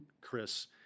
Chris